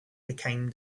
became